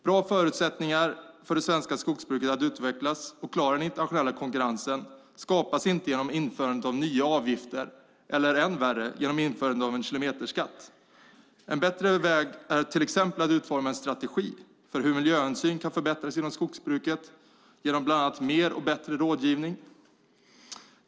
Bra förutsättningar för det svenska skogsbruket att utvecklas och klara den internationella konkurrensen skapas inte genom införandet av nya avgifter eller, än värre, genom införandet av kilometerskatt. En bättre väg är till exempel att utforma en strategi för hur miljöhänsyn kan förbättras inom skogsbruket genom bland annat mer och bättre rådgivning.